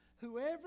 whoever